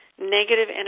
negative